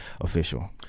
official